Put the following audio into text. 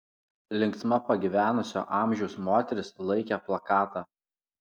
linksma pagyvenusio amžiaus moteris laikė plakatą